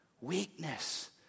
Weakness